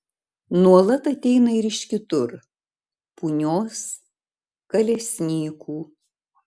nuolat ateina ir iš kitur punios kalesnykų